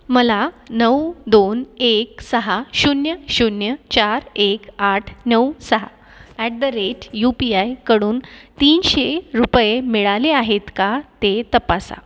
मला नऊ दोन एक सहा शून्य शून्य चार एक आठ नऊ सहा at the rate U P आयकडून तीनशे रुपये मिळाले आहेत का ते तपासा